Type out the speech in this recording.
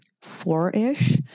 Four-ish